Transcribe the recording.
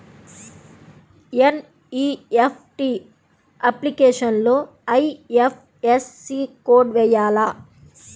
NEFT అప్లికేషన్లో IFSC code వేయాలా?